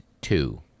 two